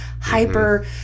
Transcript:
hyper